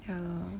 ya lor